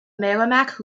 merrimack